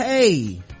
hey